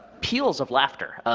peals of laughter.